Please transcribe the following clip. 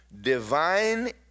divine